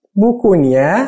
bukunya